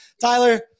Tyler